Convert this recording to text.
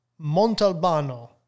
Montalbano